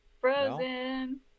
Frozen